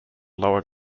lower